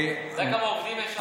אני, אתה יודע כמה עובדים יש שם?